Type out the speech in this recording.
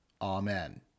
Amen